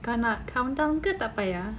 kau nak countdown ke tak payah